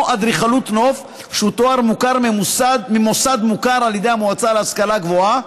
אדריכלות הנוף שהוא תואר מוכר ממוסד מוכר על ידי המועצה להשכלה גבוהה,